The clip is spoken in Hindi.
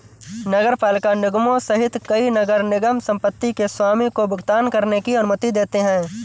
नगरपालिका निगमों सहित कई नगर निगम संपत्ति के स्वामी को भुगतान करने की अनुमति देते हैं